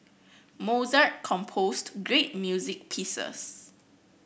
Mozart composed great music pieces